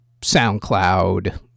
SoundCloud